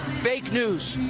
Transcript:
fake news.